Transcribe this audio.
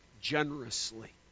generously